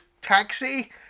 taxi